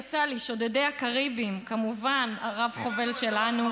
יצא לי: שודדי הקריביים, כמובן, הרב-חובל שלנו.